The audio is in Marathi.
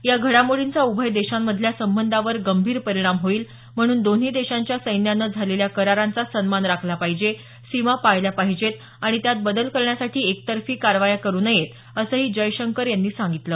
या घडामोडींचा उभय देशांमधल्या संबंधावर गंभीर परिणाम होईल म्हणून दोन्ही देशांच्या सैन्यानं झालेल्या करारांचा सन्मान राखला पाहिजे सीमा पाळल्या पाहिजेत आणि त्यात बदल करण्यासाठी एकतर्फी कारवाया करु नयेत असंही जयशंकर यांनी सांगितलं